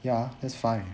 ya that's fine